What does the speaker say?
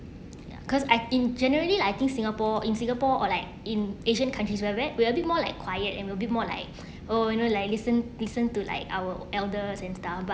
cause I in generally lah I think singapore in singapore or like in asian countries we're we're we're a bit more like quiet and will be more like oh you know like listen listen to like our elders and stuff but